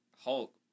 Hulk